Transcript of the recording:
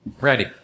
Ready